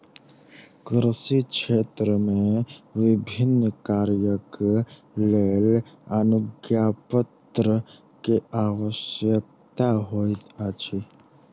कृषि क्षेत्र मे विभिन्न कार्यक लेल अनुज्ञापत्र के आवश्यकता होइत अछि